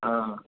ఆ